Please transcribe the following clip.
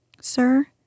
Sir